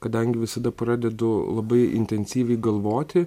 kadangi visada pradedu labai intensyviai galvoti